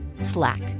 Slack